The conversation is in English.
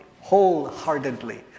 wholeheartedly